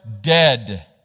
dead